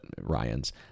Ryan's